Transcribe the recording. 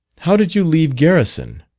how did you leave garrison.